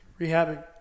rehabbing